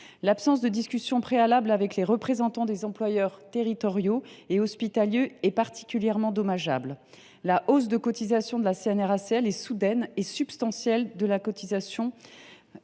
L’absence de discussion préalable avec les représentants des employeurs territoriaux et hospitaliers est particulièrement dommageable. La hausse de 12 points du taux de cotisations de la CNRACL est soudaine et substantielle pour nos